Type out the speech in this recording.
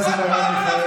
שר האוצר הראשון בהיסטוריה